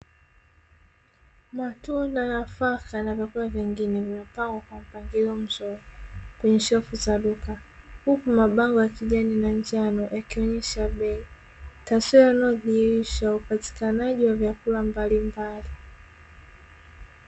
Matunda, nafaka na vyakula vingine, vimepangwa kwa mpangilio mzuri kwenye shelfu za duka; huku mabango ya kijani na njano yakionyesha bei, taswira inayodhihirisha upatikanaji wa vyakula mbalimbali.